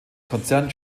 konzern